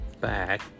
back